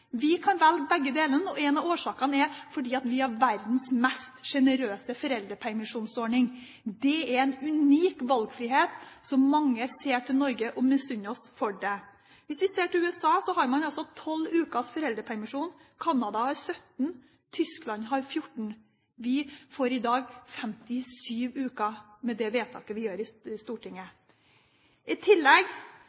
Vi kan velge begge deler, og en av årsakene er at vi har verdens mest sjenerøse foreldrepermisjonsordning. Det er en unik valgfrihet som mange ser til Norge og misunner oss for. Hvis vi ser til USA, har man tolv uker foreldrepermisjon, Canada har 17, Tyskland har 14. Vi får i dag 57 uker med det vedtaket vi gjør i Stortinget.